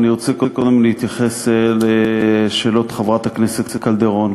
אני רוצה קודם להתייחס לשאלות חברת הכנסת קלדרון.